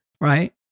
right